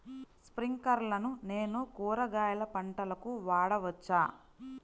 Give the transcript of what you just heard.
స్ప్రింక్లర్లను నేను కూరగాయల పంటలకు వాడవచ్చా?